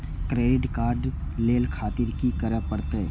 Credit card ले खातिर की करें परतें?